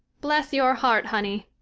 bless your heart, honey,